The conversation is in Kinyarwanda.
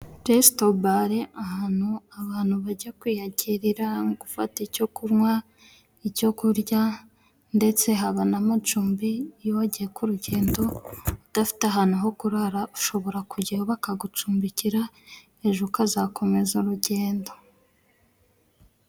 Tesitobale ahantu abantu bajya kwiyakirira, gufata icyo kunywa, icyo kurya, ndetse haba n'amacumbi, iyo wagiye ku rugendo udafite ahantu ho kurara, ushobora kujyayo bakagucumbikira, ejo ukazakomeza urugendo.